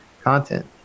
content